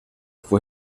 fue